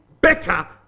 better